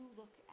look